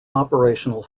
operational